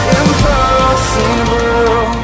impossible